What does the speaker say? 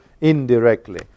indirectly